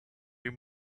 game